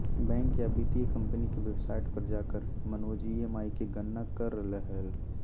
bank या वित्तीय company के वेबसाइट पर जाकर मनोज ई.एम.आई के गणना कर रहलय हल